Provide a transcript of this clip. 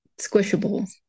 squishable